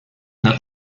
not